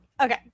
okay